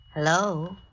Hello